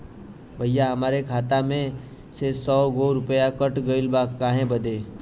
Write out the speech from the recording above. भईया हमरे खाता मे से सौ गो रूपया कट गइल बा काहे बदे?